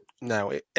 No